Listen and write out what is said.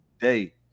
day